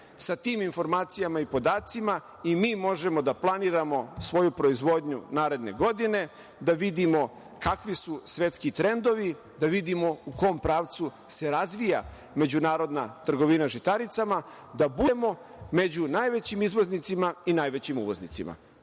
Sa tim informacijama i podacima i mi možemo da planiramo svoju proizvodnju naredne godine, da vidimo kakvi su svetski trendovi, da vidimo u kom pravcu se razvija međunarodna trgovina žitaricama, da budemo među najvećim izvoznicima i najvećim uvoznicima. Interes